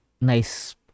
nice